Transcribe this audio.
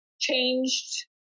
changed